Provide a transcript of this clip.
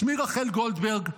שמי רחל גולדברג,